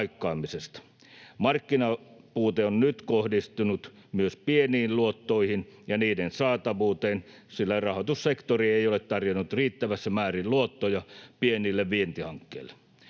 Markkinapuute on nyt kohdistunut myös pieniin luottoihin ja niiden saatavuuteen, sillä rahoitussektori ei ole tarjonnut riittävässä määrin luottoja pienille vientihankkeille.